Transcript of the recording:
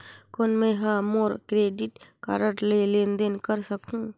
कौन मैं ह मोर क्रेडिट कारड ले लेनदेन कर सकहुं?